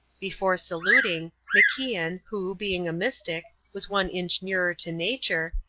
before saluting, macian, who, being a mystic, was one inch nearer to nature,